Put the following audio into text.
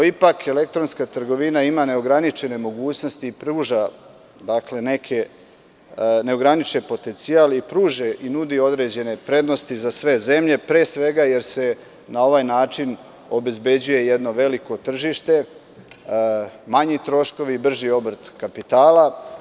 Ipak, elektronska trgovina ima neograničene mogućnosti i potencijal i pruža i nudi određene prednosti za sve zemlje, pre svega jer se na ovaj način obezbeđuje jedno veliko tržište, manji troškovi i brži obrt kapitala.